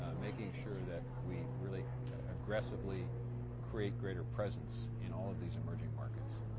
um making sure that we really aggressively create greater presence in all of these emerging markets,